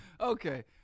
okay